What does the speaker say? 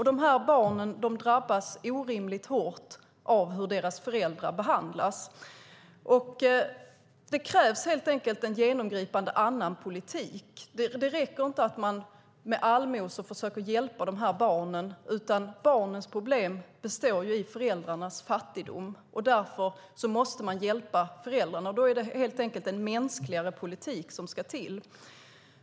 Dessa barn drabbas orimligt hårt av hur deras föräldrar behandlas. Det krävs helt enkelt en genomgripande annorlunda politik. Det räcker inte att man med allmosor försöker hjälpa dessa barn, utan barnens problem består i föräldrarnas fattigdom. Därför måste man hjälpa föräldrarna. Det är helt enkelt en mänskligare politik som ska till.